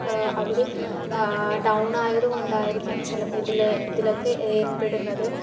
അവർ down ആയതു കൊണ്ടായിരിക്കാം ചിലപ്പോൾ ഇതിൽ ഇതിലൊക്കെ ഏർപ്പെടുന്നത്